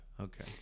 okay